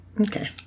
Okay